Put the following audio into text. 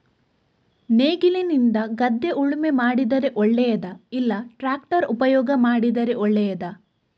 ನೇಗಿಲಿನಿಂದ ಗದ್ದೆ ಉಳುಮೆ ಮಾಡಿದರೆ ಒಳ್ಳೆಯದಾ ಇಲ್ಲ ಟ್ರ್ಯಾಕ್ಟರ್ ಉಪಯೋಗ ಮಾಡಿದರೆ ಒಳ್ಳೆಯದಾ?